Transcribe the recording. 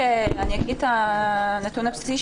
אני אתן את הנתון הבסיסי.